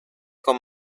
con